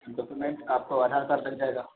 document آپ کو Aadhaar card لگ جائے گا